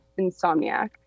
Insomniac